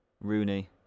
Rooney